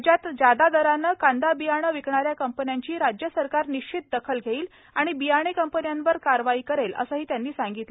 राज्यात ज्यादा दरानं कांदा बियाणे विकणाऱ्या कंपन्यांची राज्य सरकार निश्चित दखल घेईल आणि बियाणे कंपन्यांवर कारवाई करेल असंही त्यांनी सांगितलं